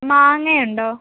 മാങ്ങയുണ്ടോ